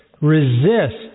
Resist